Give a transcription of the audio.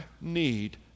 need